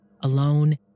alone